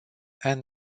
and